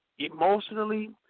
emotionally